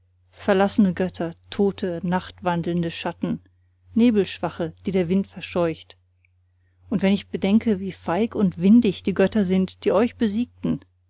verlassene götter tote nachtwandelnde schatten nebelschwache die der wind verscheucht und wenn ich bedenke wie feig und windig die götter sind die euch besiegten